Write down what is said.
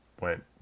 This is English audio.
went